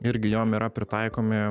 irgi jom yra pritaikomi